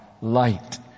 Light